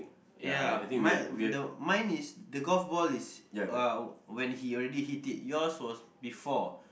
ya ma~ the mine is the golf ball is uh when he already hit it yours was before